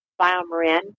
Biomarin